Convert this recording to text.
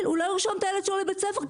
הוא לא יסכים לרשום את הילד שלו לבית הספר,